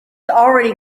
already